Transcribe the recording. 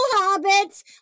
hobbits